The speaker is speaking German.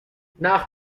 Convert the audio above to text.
nach